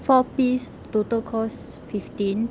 four piece total cost fifteen